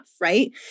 right